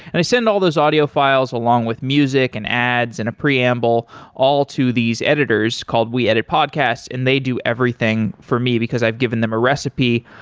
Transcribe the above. and i send all those audio files along with music and ads and a preamble all to these editors called we edit podcasts and they do everything for me, because i've given them a recipe,